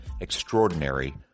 extraordinary